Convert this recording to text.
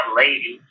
lady